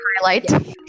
highlight